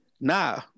Nah